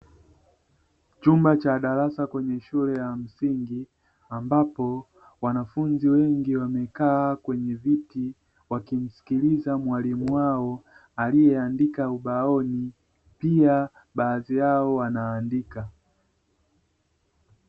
Chumba cha darasa kwenye shule ya msingi ambapo wanafunzi wengi wamekaa kwenye viti wakimsikiliza mwalimu wao aliye andika ubaoni pia baadhi yao wanaandika.